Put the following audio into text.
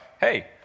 hey